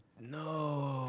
No